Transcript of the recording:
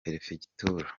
perefegitura